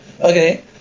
Okay